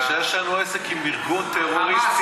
מפני שיש לנו עסק עם ארגון טרור רצחני,